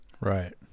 Right